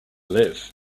live